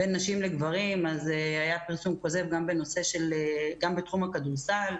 בין נשים לגברים אז היה פרסום כוזב גם בתחום הכדורסל.